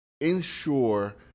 ensure